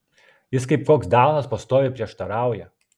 jis kaip koks daunas pastoviai prieštarauja